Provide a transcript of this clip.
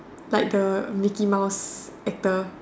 like the mickey mouse actor